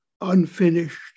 unfinished